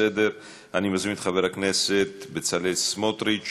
אני מזמין את חבר הכנסת בצלאל סמוטריץ,